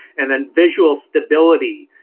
and then visual stability.